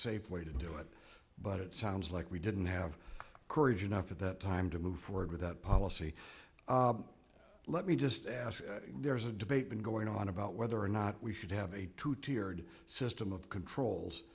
safe way to do it but it sounds like we didn't have courage enough at that time to move forward with that policy let me just ask there's a debate going on about whether or not we should have a two tiered system of controls